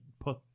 put